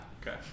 Okay